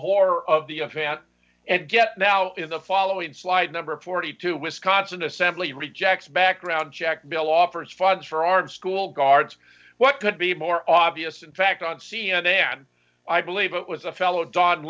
horror of the event and get out in the following flight number forty two wisconsin assembly rejects background check bill offers funds for art school guards what could be more obvious in fact on c n n i believe it was a fellow do